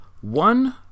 one